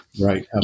right